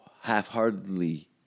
half-heartedly